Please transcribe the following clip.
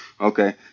okay